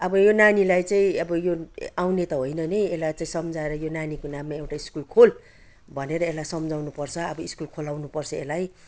अब यो नानीलाई चाहिँ अब यो आउने त होइन नै यो यसलाई चाहिँ सम्झाएर यो नानीको नानीको नाममा एउटा स्कुल खोल भनेर यसलाई सम्झाउनु पर्छ अब स्कुल खोलाउनु पर्छ यसलाई